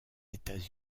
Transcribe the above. états